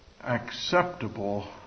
acceptable